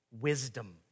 wisdom